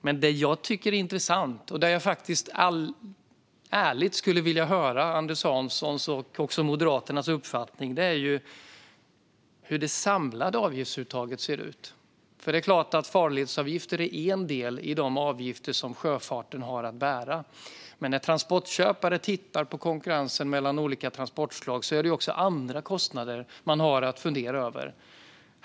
Det jag tycker är intressant, och som jag ärligt skulle vilja höra Anders Hanssons och Moderaternas uppfattning om, är hur det samlade avgiftsuttaget ser ut. Det är klart att farledsavgifter är en del i de avgifter som sjöfarten har att bära, men när transportköpare tittar på konkurrensen mellan olika transportslag är det också andra kostnader de har att fundera över.